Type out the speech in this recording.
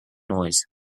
noise